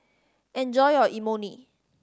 enjoy your Imoni